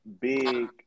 big